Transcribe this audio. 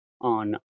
on